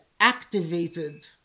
activated